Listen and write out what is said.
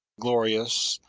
glorious,